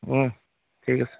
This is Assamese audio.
ঠিক আছে